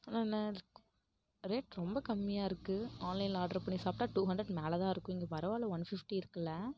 ஆனால் என்ன ரேட் ரொம்ப கம்மியாக இருக்குது ஆன்லைனில் ஆர்ட்ரு பண்ணி சாப்பிட்டா டூ ஹண்ட்ரேட் மேல தான் இருக்கும் இங்கே பரவாயில்ல ஒன் ஃபிஃப்டி இருக்குதுல